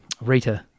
Rita